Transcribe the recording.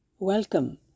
Welcome